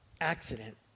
accident